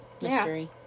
mystery